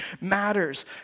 matters